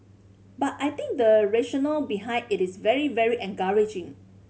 but I think the rationale behind it is very very encouraging